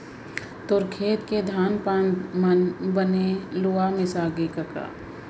तोर खेत के धान पान मन बने लुवा मिसागे कका?